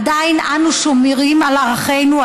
עדיין אנו שומרים על ערכינו,